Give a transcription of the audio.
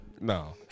No